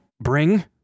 bring